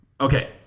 Okay